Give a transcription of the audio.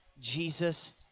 Jesus